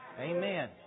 Amen